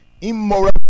immoral